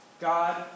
God